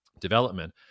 development